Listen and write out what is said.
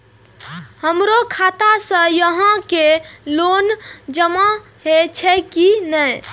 हमरो खाता से यहां के लोन जमा हे छे की ने?